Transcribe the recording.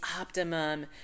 optimum